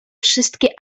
wszystkie